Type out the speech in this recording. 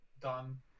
done